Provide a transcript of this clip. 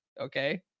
Okay